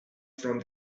from